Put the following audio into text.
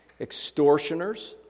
extortioners